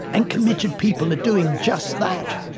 and committed people are doing just that,